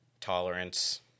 tolerance